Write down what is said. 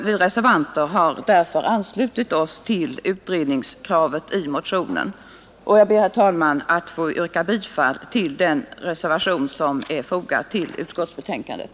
Vi reservanter har därför anslutit oss till utredningskravet i motionen. Jag ber, herr talman, att få yrka bifall till den reservation som är fogad till utskottsbetänkandet.